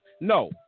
No